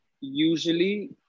usually